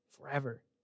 forever